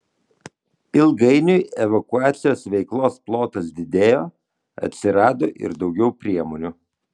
ilgainiui evakuacijos veiklos plotas didėjo atsirado ir daugiau priemonių